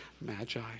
magi